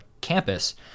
campus